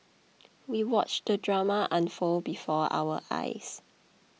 we watched the drama unfold before our eyes